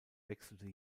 wechselte